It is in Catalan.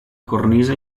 cornisa